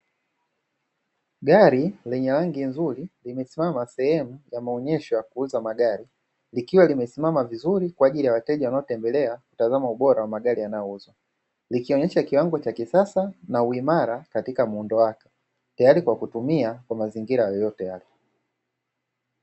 Gari lenye rangi nzuri limesimama sehemu ya maonyesho ya kuuza magari. Likiwa limesimama vizuri kwa ajili ya wateja wanaotembelea kutazama ubora wa magari yanayouzwa. Likionyesha kiwango cha kisasa na uimara katika muundo wake, tayari kwa kutumia kwa mazingira yoyote yale.